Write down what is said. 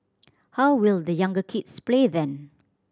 how will the younger kids play then